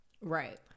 Right